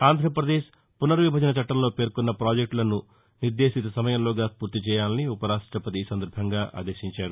ఆంధ్రప్రదేశ్ పునర్విభజన చట్టంలో పేర్కొన్న ప్రాజెక్టులను నిర్దేశిత సమయంలోగా పూర్తిచేయాలని ఉపరాష్టపతి ఆదేశించారు